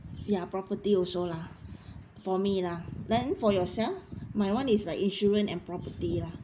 ya property also lah for me lah then for yourself my one is like insurance and property lah